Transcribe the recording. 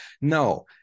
No